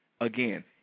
again